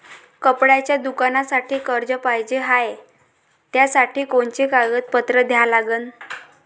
कपड्याच्या दुकानासाठी कर्ज पाहिजे हाय, त्यासाठी कोनचे कागदपत्र द्या लागन?